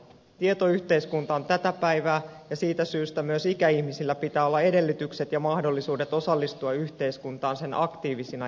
tietoyhteiskunta on tätä päivää ja siitä syystä myös ikäihmisillä pitää olla edellytykset ja mahdollisuudet osallistua yhteiskuntaan sen aktiivisina jäseninä